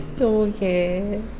okay